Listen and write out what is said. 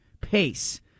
pace